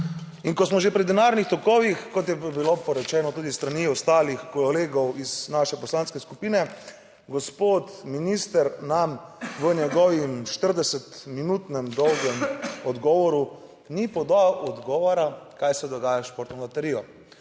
In ko smo že pri denarnih tokovih, kot je bilo rečeno tudi s strani ostalih kolegov iz naše poslanske skupine, gospod minister nam v njegovem 40 minutnem dolgem odgovoru ni podal odgovora, kaj se dogaja s Športno loterijo.